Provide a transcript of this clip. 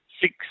Six